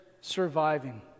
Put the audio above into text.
surviving